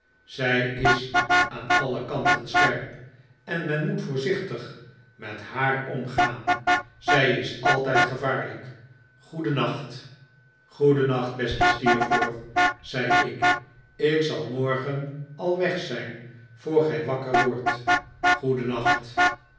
zij is aan alle kanten scherp en men moet voorzichtig met haar omgaan zij is altijd gevaarlijk goedennacht goedennacht beste steerforth zei ik ik zal morgen al weg zijn voor gij wakker wordt goedennacht